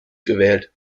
gewählt